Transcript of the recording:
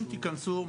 אם תיכנסו,